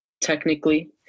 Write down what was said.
technically